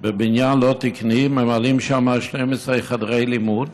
בבניין לא תקני, ממלאים שם 12 חדרי לימוד.